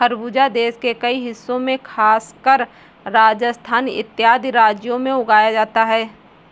खरबूजा देश के कई हिस्सों में खासकर राजस्थान इत्यादि राज्यों में उगाया जाता है